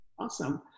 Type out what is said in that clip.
Awesome